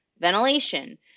ventilation